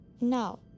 No